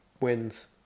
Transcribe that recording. wins